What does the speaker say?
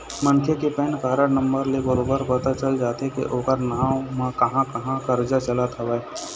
मनखे के PAN card number ले बरोबर पता चल जाथे के ओखर नांव म कहाँ कहाँ करजा चलत हवय